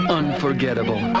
unforgettable